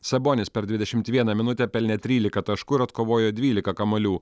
sabonis per dvidešimt vieną minutę pelnė trylika taškų ir atkovojo dvylika kamuolių